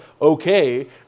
okay